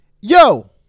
yo